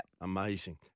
Amazing